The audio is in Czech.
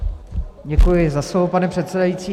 Děkuji za slovo, pane předsedající.